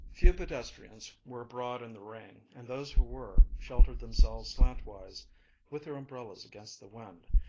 few pedestrians were abroad in the rain, and those who were, sheltered themselves slant-wise with their umbrellas against the wind,